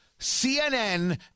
CNN